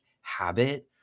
habit